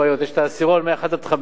יש העשירון מ-1 עד 5,